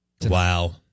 Wow